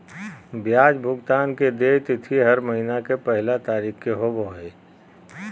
ब्याज भुगतान के देय तिथि हर महीना के पहला तारीख़ के होबो हइ